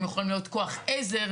הם יכולים להיות כוח עזר,